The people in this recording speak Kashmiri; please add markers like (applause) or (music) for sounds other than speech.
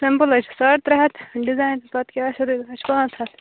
سِمپٕل حَظ چھِ ساڈ ترےٚ ہتھ ڈِزاین پتہٕ کیٚاہ (unintelligible) پانٛژھ ہتھ